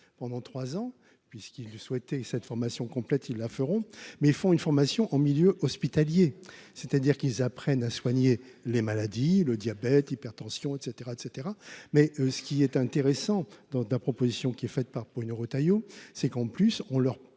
pendant 3 ans, puisqu'il souhaitait cette formation complète, ils la feront, mais ils font une formation en milieu hospitalier, c'est-à-dire qu'ils apprennent à soigner les maladies, le diabète, hypertension, et cetera, et cetera, mais ce qui est intéressant dans la proposition qui est faite par Bruno Retailleau, c'est qu'en plus on leur